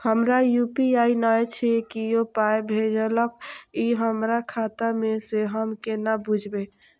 हमरा यू.पी.आई नय छै कियो पाय भेजलक यै हमरा खाता मे से हम केना बुझबै?